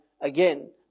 again